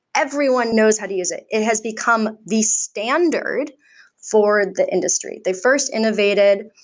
everyone knows how to use it. it has become the standard for the industry. they first innovated.